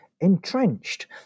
entrenched